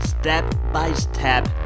step-by-step